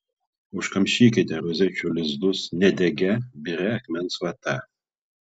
užkamšykite rozečių lizdus nedegia biria akmens vata